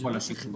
שצריך...